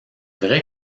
vrai